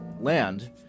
land